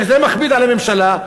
שזה מכביד על הממשלה,